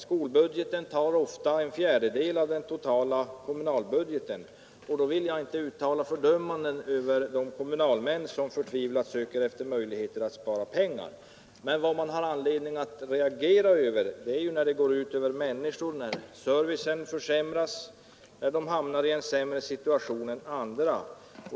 Skolbudgeten tar ofta en fjärdedel av den totala kommunalbudgeten, och då vill jag inte uttala fördömanden över de kommunalmän som förtvivlat söker efter möjligheter att spara pengar. Däremot har man anledning att reagera när det går ut över människorna, när servicen försämras, när folket i en kommun hamnar i en sämre situation än andra.